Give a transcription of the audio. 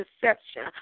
deception